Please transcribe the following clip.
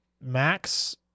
max